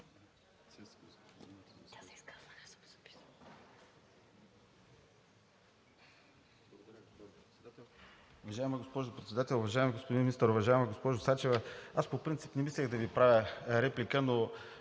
Уважаема госпожо Председател, уважаеми господин Министър! Уважаема госпожо Сачева, аз по принцип не мислех да Ви правя реплика, но